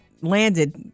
landed